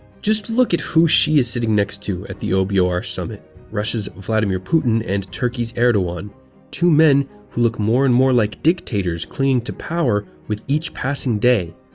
just look who xi is sitting next to at the o b ah o r. summit russia's vladimir putin and turkey's erdogan two men who look more and more like dictators clinging to power with each passing day.